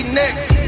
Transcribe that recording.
next